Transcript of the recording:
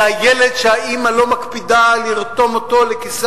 זה הילד שהאמא לא מקפידה לרתום אותו לכיסא